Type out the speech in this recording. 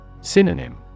Synonym